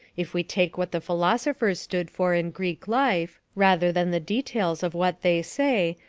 if we take what the philosophers stood for in greek life, rather than the details of what they say,